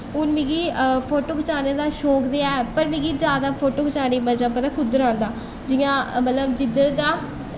हून मिगी फोटो खचाने दा शौक ते है पर मिगी जैदा फोटो खचाने गी मजा पता कुद्धर औंदा जि'यां मतलब जिद्धर दा